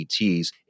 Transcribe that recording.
ETs